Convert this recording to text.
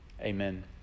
Amen